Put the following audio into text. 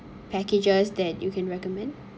packages that you can recommend